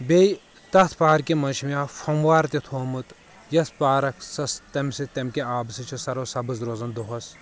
بییٚہِ تتھ پارکہِ منٛز چھُ مےٚ اکھ فموار تہِ تھومُت یۄس پارک سۄ تمہِ سۭتۍ تمہِ کہِ آبہٕ سۭتۍ چھِ سۄ روزان سبٕز روزان دۄہس